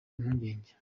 impungenge